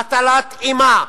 הטלת אימה,